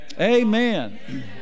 Amen